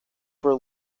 for